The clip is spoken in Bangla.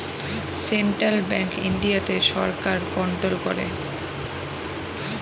সেন্ট্রাল ব্যাঙ্ক ইন্ডিয়াতে সরকার কন্ট্রোল করে